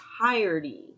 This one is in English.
entirety